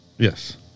Yes